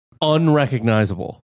Unrecognizable